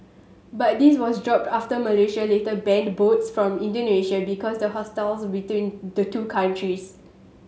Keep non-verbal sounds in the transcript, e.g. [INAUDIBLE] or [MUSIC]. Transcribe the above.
but this was dropped after Malaysia later banned boats from Indonesia because the [UNINTELLIGIBLE] between the two countries